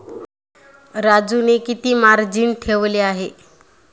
राजूने किती मार्जिन ठेवले आहे?